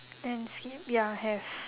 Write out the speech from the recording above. and skip ya have